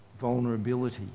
vulnerability